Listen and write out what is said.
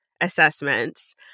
assessments